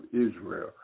Israel